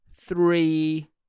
three